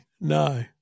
No